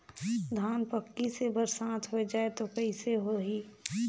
धान पक्की से बरसात हो जाय तो कइसे हो ही?